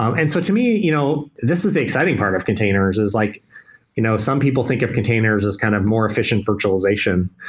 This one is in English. um and so to me, you know this is the exciting part of containers, is like you know some people think of containers as kind of more efficient virtualization,